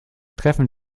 treffen